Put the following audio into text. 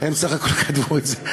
הם סך הכול כתבו את זה.